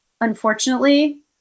Unfortunately